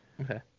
Okay